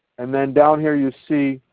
and then down here you see